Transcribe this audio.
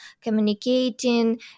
communicating